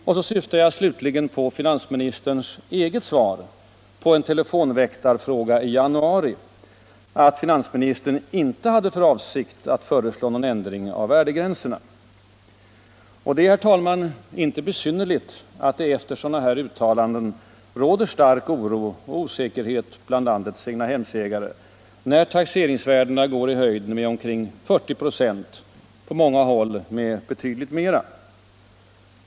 Slutligen syftar jag på finansministerns eget svar på en telefonväktarfråga i januari, att finansministern inte hade för avsikt att föreslå någon ändring av värdegränserna. Det är, herr talman, inte besynnerligt att det efter sådana uttalanden råder stark oro och osäkerhet bland landets egnahemsägare, när taxeringsvärdena går i höjden med omkring 40 96, på många håll med betydligt mer.